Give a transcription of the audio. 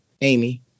Amy